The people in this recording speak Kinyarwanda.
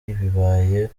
bibaye